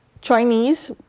Chinese